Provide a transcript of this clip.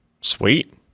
Sweet